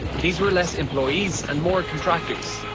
these were less employees, and more contractors.